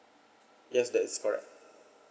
yes that is correct